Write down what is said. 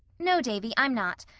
no, davy, i'm not.